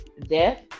death